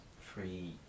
free